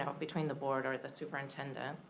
um between the board or the superintendent.